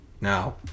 Now